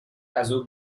ازاو